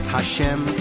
Hashem